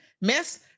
miss